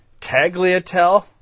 Tagliatelle